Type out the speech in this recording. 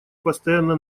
постоянно